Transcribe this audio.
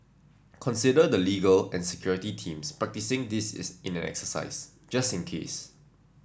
consider the legal and security teams practising this in an exercise just in case